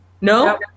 No